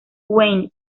wayne